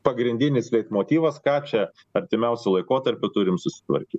pagrindinis leitmotyvas ką čia artimiausiu laikotarpiu turime susitvarkyt